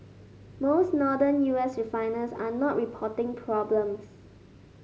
most northern U S refiners are not reporting problems